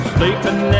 Sleeping